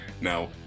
Now